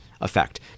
effect